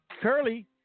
Curly